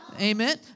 Amen